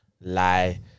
lie